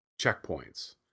checkpoints